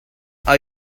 are